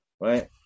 right